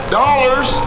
dollars